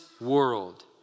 world